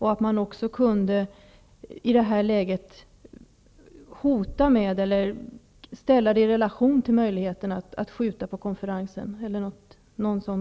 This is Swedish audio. I det här läget borde man kunna hota med eller ställa det i relation till möjligheten att skjuta på konferensen.